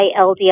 LDL